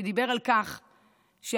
שדיבר על כך שהבנקים,